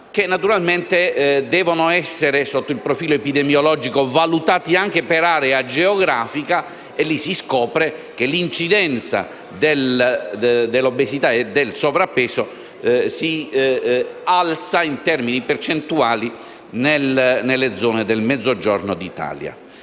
che naturalmente devono essere, sotto il profilo epidemiologico, valutati anche per area geografica. E così si scopre che l'incidenza dell'obesità e del sovrappeso si alza in termini percentuali nelle zone del Mezzogiorno d'Italia.